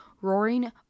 roaring